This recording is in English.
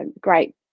Great